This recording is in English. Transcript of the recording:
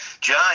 John